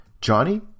Johnny